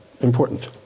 Important